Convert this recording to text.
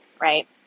Right